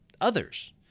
others